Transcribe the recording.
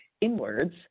inwards